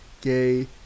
gay